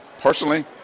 Personally